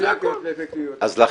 אורי, על כל זה דיברנו.